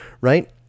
right